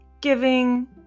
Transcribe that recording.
giving